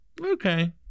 Okay